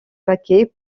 paquets